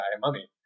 mummy